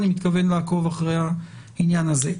אני מתכוון לעקוב אחרי העניין הזה.